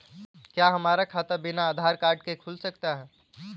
क्या हमारा खाता बिना आधार कार्ड के खुल सकता है?